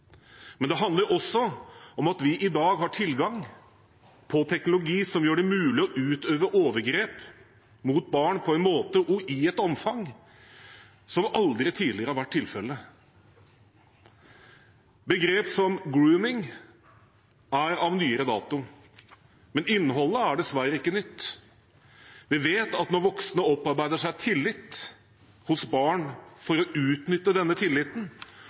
Men det handler også om at vi i dag har tilgang til teknologi som gjør det mulig å øve overgrep mot barn på en måte og i et omfang som aldri tidligere har vært tilfellet. Begrep som «grooming» er av nyere dato, men innholdet er dessverre ikke nytt. Vi vet at når voksne opparbeider seg tillit hos barn for å utnytte denne tilliten